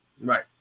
Right